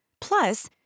Plus